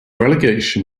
relegation